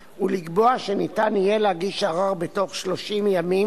לקיום ביקורת שיפוטית על החלטות של הרשויות המוסמכות בעייני כניסה,